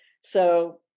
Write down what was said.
So-